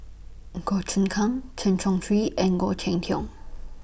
Goh Choon Kang Chen Chong Swee and Khoo Cheng Tiong